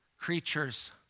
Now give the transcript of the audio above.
creatures